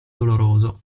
doloroso